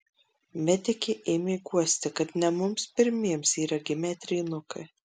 medikė ėmė guosti kad ne mums pirmiems yra gimę trynukai